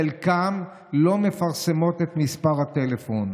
חלקן לא מפרסמות את מספר הטלפון.